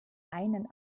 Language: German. einen